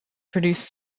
produce